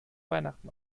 weihnachten